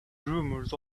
rumors